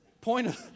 point